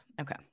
Okay